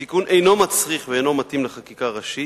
התיקון אינו מצריך, ואינו מתאים לחקיקה ראשית.